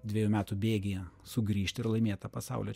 dvejų metų bėgyje sugrįžti ir laimėt tą pasaulio